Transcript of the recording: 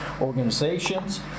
organizations